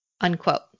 unquote